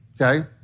Okay